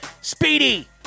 Speedy